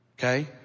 Okay